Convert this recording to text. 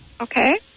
Okay